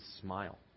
smile